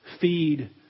feed